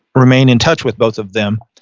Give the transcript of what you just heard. remain in touch with both of them.